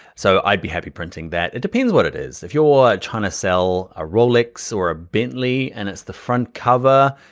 so i'd be happy printing that. it depends what it is. if you're trying to sell a rolex or a bentley and it's the front cover,